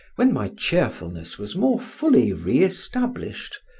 when my cheerfulness was more fully re-established,